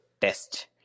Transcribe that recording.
test